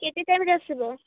କେତେ ଟାଇମ୍ରେ ଆସିବ